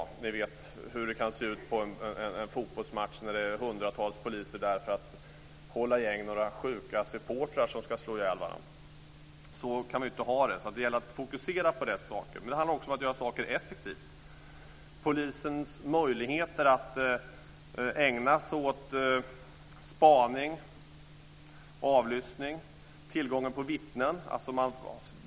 Ni vet hur det kan se ut på en fotbollsmatch när det är hundratals poliser där för att hålla tillbaka några sjuka supportrar som ska slå ihjäl varandra. Så kan vi inte ha det. Det gäller att fokusera på rätt saker. Men det handlar också om att göra saker effektivt. Det handlar om polisens möjligheter att ägna sig åt spaning och avlyssning, om tillgången på vittnen.